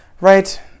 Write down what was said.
Right